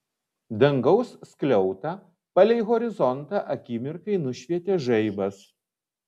dangaus skliautą palei horizontą akimirkai nušvietė žaibas